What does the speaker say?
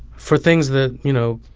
for things that, you know,